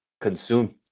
consume